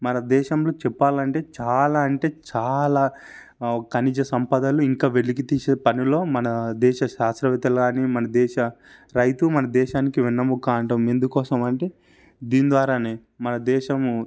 మన దేశంలో చెప్పాలంటే చాలా అంటే చాలా ఖనిజ సంపదలు ఇంకా వెలికి తీసే పనిలో మన దేశ శాత్రవేత్తలు కానీ మన దేశ రైతు మన దేశానికి వెన్నెముక అంటాం ఎందుకోసం అంటే దీని ద్వారానే మనదేశము